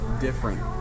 different